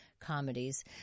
comedies